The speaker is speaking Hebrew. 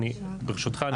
ברשותך.